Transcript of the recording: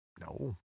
No